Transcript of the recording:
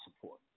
support